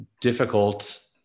difficult